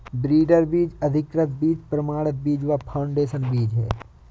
breeder बीज, अधिकृत बीज, प्रमाणित बीज व फाउंडेशन बीज है